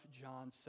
John